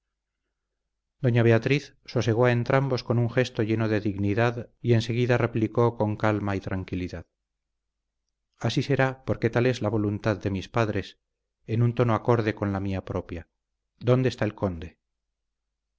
doña beatriz sosegó a entrambos con un gesto lleno de dignidad y enseguida replicó con calma y tranquilidad así será porque tal es la voluntad de mis padres en un tono acorde con la mía propia dónde está el conde